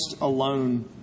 alone